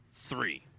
three